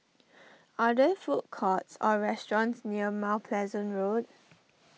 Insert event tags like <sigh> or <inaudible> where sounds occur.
<noise> are there food courts or restaurants near Mount Pleasant Road